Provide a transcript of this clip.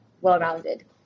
well-rounded